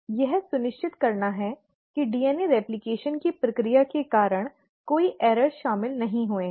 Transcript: यह सुनिश्चित करना है कि डीएनए रेप्लकेशन की प्रक्रिया के कारण कोई त्रुटि शामिल नहीं हुए हैं